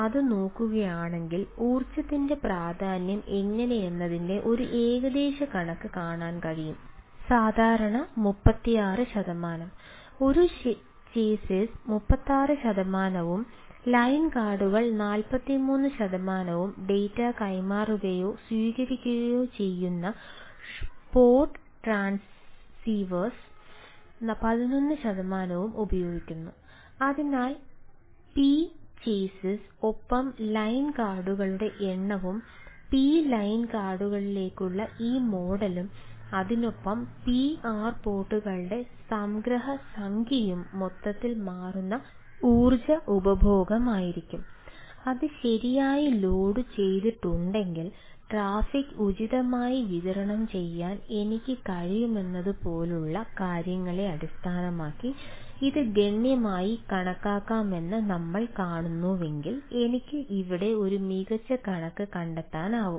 അതിനാൽ purchases ഉചിതമായി വിതരണം ചെയ്യാൻ എനിക്ക് കഴിയുമെന്നതുപോലുള്ള കാര്യങ്ങളെ അടിസ്ഥാനമാക്കി ഇത് ഗണ്യമായി കണക്കാക്കാമെന്ന് നമ്മൾ കാണുന്നുവെങ്കിൽ എനിക്ക് ഇവിടെ ഒരു മികച്ച കണക്ക് കണ്ടെത്താനാകും